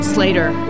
Slater